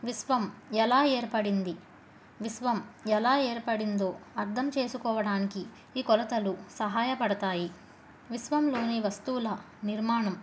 విశ్వం ఎలా ఏర్పడింది విశ్వం ఎలా ఏర్పడిందో అర్థం చేసుకోవడానికి ఈ కొలతలు సహాయపడతాయి విశ్వంలోనే వస్తువుల నిర్మాణం